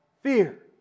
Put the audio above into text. fear